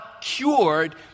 cured